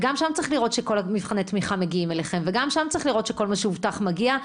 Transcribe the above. וגם שם צריך לראות שכל מבחני התמיכה מגיעים אליכם ושכל מה שהובטח מגיע.